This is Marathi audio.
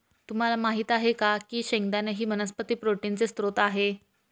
तुम्हाला माहित आहे का की शेंगदाणा ही वनस्पती प्रोटीनचे स्त्रोत आहे